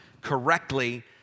correctly